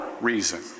reason